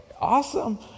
awesome